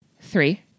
three